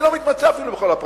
אני לא מתמצא אפילו בכל הפרטים.